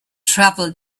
travel